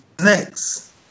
next